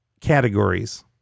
categories